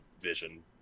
vision